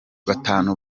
batanu